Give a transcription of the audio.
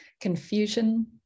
confusion